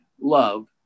love